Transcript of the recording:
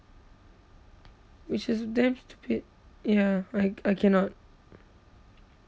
which is damn stupid ya I I cannot